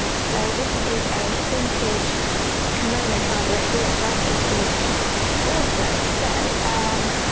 um so this is a vintage kimono fabric which i think is awesome. so um